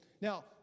Now